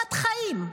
בסכנת חיים,